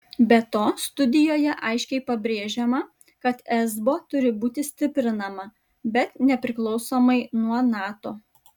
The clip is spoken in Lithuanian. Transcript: be to studijoje aiškiai pabrėžiama kad esbo turi būti stiprinama bet nepriklausomai nuo nato